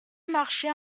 marchait